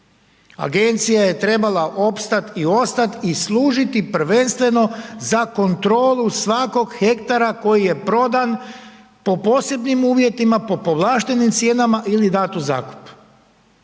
Agencija je trebala opstat i ostat i služiti prvenstveno za kontrolu svakog hektara koji je prodan po posebnom uvjetima, po povlaštenim cijenama ili dat u zakup.